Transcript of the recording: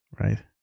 Right